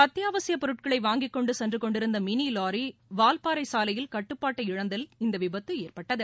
அத்தியாவசியப் பொருட்களை வாங்கிக் கொண்டு சென்று கொண்டிருந்த மினி லாரி வாவ்பாறை சாலையில் கட்டுப்பாட்டை இழந்தில் இந்த விபத்து நேரிட்டது